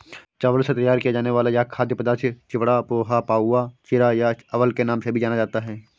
चावल से तैयार किया जाने वाला यह खाद्य पदार्थ चिवड़ा, पोहा, पाउवा, चिरा या अवल के नाम से भी जाना जाता है